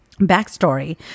Backstory